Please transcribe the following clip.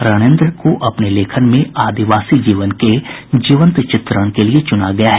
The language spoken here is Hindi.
रणेन्द्र को अपने लेखन में आदिवासी जीवन के जीवंत चित्रण के लिये चूना गया है